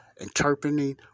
interpreting